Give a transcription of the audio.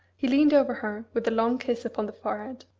he leaned over her with a long kiss upon the forehead.